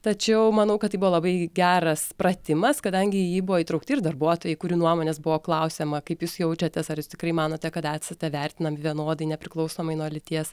tačiau manau kad tai buvo labai geras pratimas kadangi į jį buvo įtraukti ir darbuotojai kurių nuomonės buvo klausiama kaip jūs jaučiatės ar jūs tikrai manote kad esate vertinami vienodai nepriklausomai nuo lyties